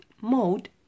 mode